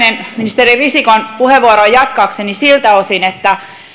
ministeri risikon puheenvuoroa jatkaakseni siltä osin että